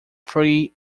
three